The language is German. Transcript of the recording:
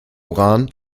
rahn